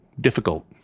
difficult